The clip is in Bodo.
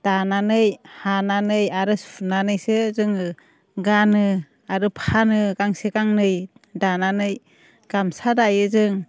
दानानै हानानै आरो सुनानैसो जोङो गानो आरो फानो गांसे गांनै दानानै गामसा दायो जों